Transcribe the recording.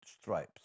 Stripes